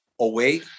away